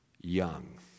young